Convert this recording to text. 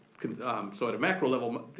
so at a macro level,